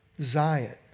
Zion